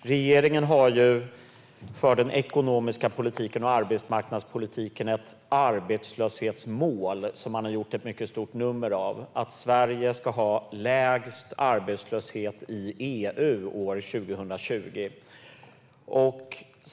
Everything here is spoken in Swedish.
Regeringen har för den ekonomiska politiken och arbetsmarknadspolitiken ett arbetslöshetsmål som man gjort stort nummer av: att Sverige ska ha lägst arbetslöshet i EU år 2020.